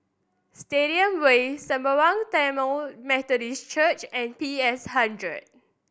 Stadium Way Sembawang Tamil Methodist Church and P S Hundred